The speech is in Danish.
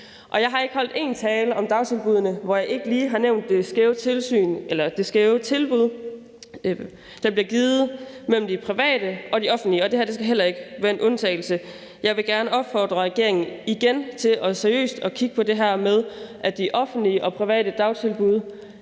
Jeg har ikke holdt en tale om dagtilbuddene, hvor jeg ikke lige har nævnt det skæve tilbud, der bliver givet – skævhed mellem de private og de offentlige – og det her skal heller ikke være en undtagelse. Jeg vil igen gerne opfordre regeringen til seriøst at kigge på det her med, at de offentlige og private dagtilbud